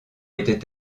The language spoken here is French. était